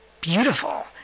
beautiful